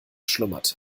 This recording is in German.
schlummerte